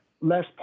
less